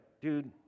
dude